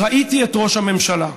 "ראיתי את ראש הממשלה,